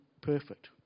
perfect